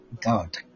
God